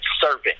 servant